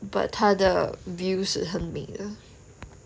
but 它的 views 很美的